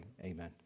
amen